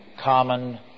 common